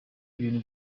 ibintu